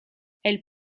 elle